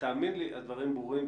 תאמין לי שהדברים ברורים.